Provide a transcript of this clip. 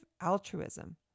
altruism